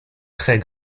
très